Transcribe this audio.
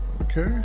Okay